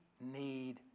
need